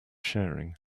sharing